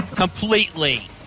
Completely